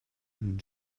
and